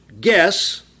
guess